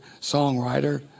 songwriter